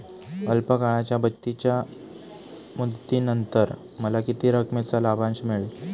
अल्प काळाच्या बचतीच्या मुदतीनंतर मला किती रकमेचा लाभांश मिळेल?